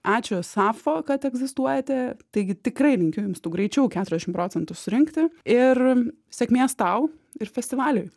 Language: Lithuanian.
ačiū sapo kad egzistuojate taigi tikrai linkiu jums tų greičiau keturiasdešim procentų surinkti ir sėkmės tau ir festivaliui